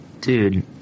dude